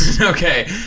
Okay